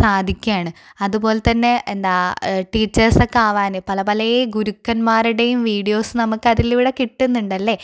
സാധിക്ക്യാണ് അതുപോലെതന്നെ എന്താ ടീച്ചേഴ്സൊക്കെ ആവാൻ പല പല ഗുരുക്കെന്മാരുടെയും വീഡിയോസ് നമുകത്തിലൂടെ കിട്ടുന്നുണ്ടല്ലേ